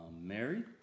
married